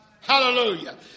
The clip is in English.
Hallelujah